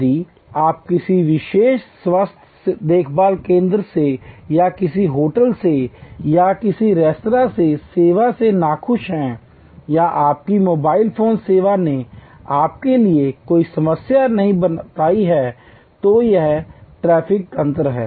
यदि आप किसी विशेष स्वास्थ्य देखभाल केंद्र से या किसी होटल से या किसी रेस्तरां से सेवा से नाखुश हैं या आपकी मोबाइल फोन सेवा ने आपके लिए कोई समस्या नहीं बताई है तो यह टैरिफ तंत्र है